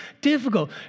difficult